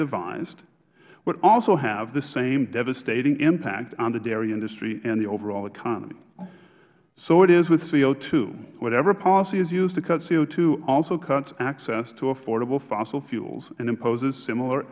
devised would also have the same devastating impact on the dairy industry and the overall economy so it is with co whatever policy is used to cut co also cuts access to affordable fossil fuels and imposes similar